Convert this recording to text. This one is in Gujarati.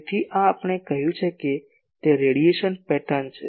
તેથી આ આપણે કહ્યું છે તે રેડિયેશન પેટર્ન છે